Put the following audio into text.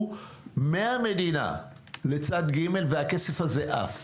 על ידי המדינה לצד ג' והכסף הזה עף.